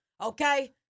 okay